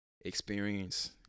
experience